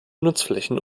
nutzflächen